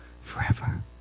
forever